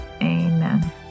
Amen